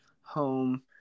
home